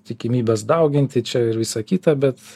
tikimybes dauginti čia ir visa kita bet